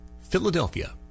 Philadelphia